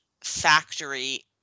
factory